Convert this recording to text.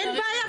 אין בעיה,